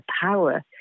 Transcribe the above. power